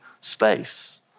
space